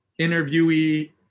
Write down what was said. interviewee